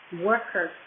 workers